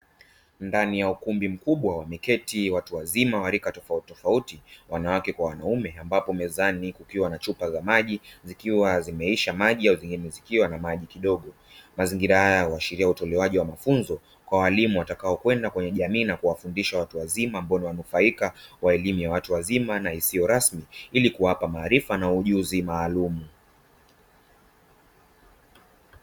Ndani ya ukumbi mkubwa wameketi watu wazima wa rika tofauti; wanawake kwa wanaume, ambapo mezani kukiwa na chupa za maji zikiwa zimeisha maji au zingine zikiwa na maji kidogo. Mazingira haya huashiria utolewaji wa mafunzo kwa walimu watakaokwenda kwenye jamii na kuwafundisha watu wazima ambao ni wanufaika wa elimu ya watu wazima na isiyo rasmi, ili kuwapa maarifa na ujuzi maalumu.